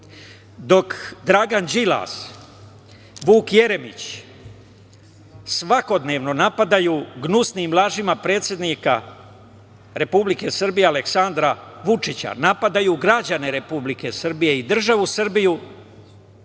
dok Dragan Đilas, Vuk Jeremić svakodnevno napadaju gnusnim lažima predsednika Republike Srbije Aleksandra Vučića, napadaju građane Republike Srbije i državu Srbiju,